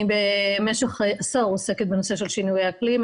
אני במשך עשור עוסקת בנושא של שינויי אקלים.